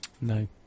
No